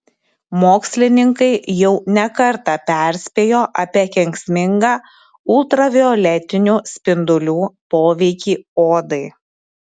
mokslininkai jau ne kartą perspėjo apie kenksmingą ultravioletinių spindulių poveikį odai